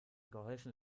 geholfen